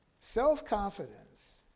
self-confidence